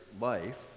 life